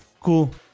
Cool